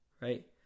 right